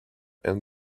and